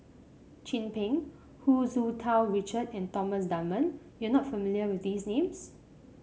Chin Peng Hu Tsu Tau Richard and Thomas Dunman you are not familiar with these names